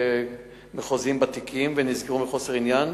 מחוזיים בתיקים שנסגרו מחוסר עניין,